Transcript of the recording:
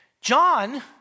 John